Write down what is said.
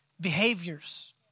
Behaviors